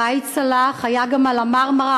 ראאד סלאח היה גם על ה"מרמרה",